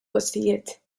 postijiet